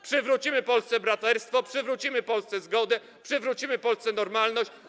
Przywrócimy Polsce braterstwo, przywrócimy Polsce zgodę, przywrócimy Polsce normalność.